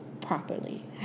properly